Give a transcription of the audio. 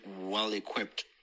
well-equipped